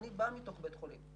אני בא מתוך בית חולים.